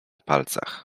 palcach